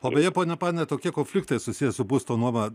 o beje pone ponina tokie konfliktai susiję su būsto nuoma